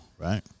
right